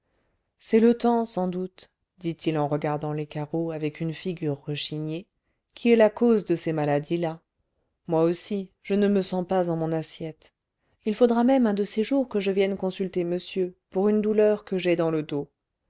c'est le temps sans doute dit-il en regardant les carreaux avec une figure rechignée qui est la cause de ces maladies là moi aussi je ne me sens pas en mon assiette il faudra même un de ces jours que je vienne consulter monsieur pour une douleur que j'ai dans le dos